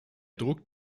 druck